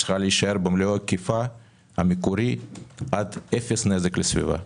צריכה להישאר במלוא היקפה המקורי עד 0 נזק לסביבה.